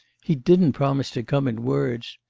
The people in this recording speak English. he didn't promise to come in words.